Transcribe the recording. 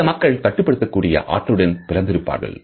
சில மக்கள் கட்டுப்படுத்தக்கூடிய ஆற்றலுடன் பிறந்திருப்பார்கள்